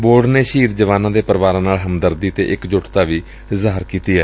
board ਨੇ ਸ਼ਹੀਦ ਜਵਾਨਾਂ ਦੇ ਪਰਿਵਾਰਾਂ ਨਾਲ ਹਮਦਰਦੀ ਅਤੇ ਇਕਜੁੱਟਤਾ ਜ਼ਾਹਿਰ ਕੀਤੀ ਏ